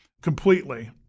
completely